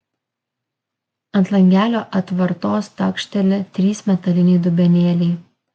ant langelio atvartos takšteli trys metaliniai dubenėliai